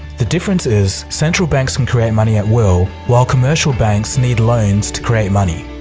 the difference is central banks can create money at will while commercial banks need loans to create money.